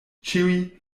ĉiuj